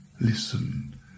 listen